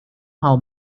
how